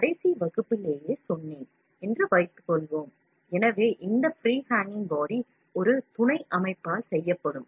கடைசி வகுப்பிலேயே சொன்னேன் உங்களிடம் ஒரு free hanging body இருந்தால் எனவே இந்த free hanging body ஒரு துணை அமைப்பால் செய்யப்படும்